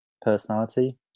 personality